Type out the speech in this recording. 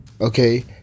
Okay